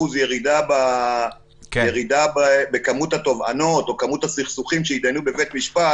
ירידה במספר התובענות או מספר הסכסוכים שהתדיינו בבית המשפט